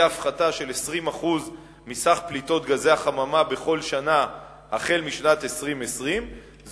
תהיה הפחתה של 20% מסך פליטות גזי החממה בכל שנה משנת 2020 ואילך,